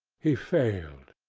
he failed.